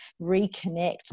reconnect